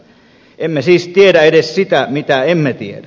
emme siis tiedä edes sitä mitä emme tiedä